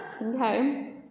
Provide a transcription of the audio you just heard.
Okay